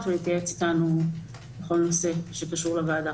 ולהתייעץ אתנו בכל נושא שקשור לוועדה.